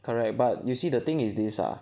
correct but you see the thing is this ah